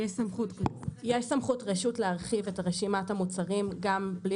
יש סמכות רשות להרחיב את רשימת המוצרים גם בלי